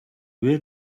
where